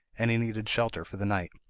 and he needed shelter for the night.